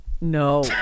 No